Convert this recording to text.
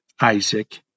Isaac